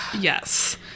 Yes